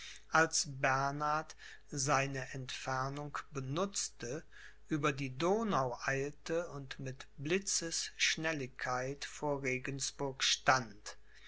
als bernhard seine entfernung benutzte über die donau eilte und mit blitzesschnelligkeit vor regensburg stand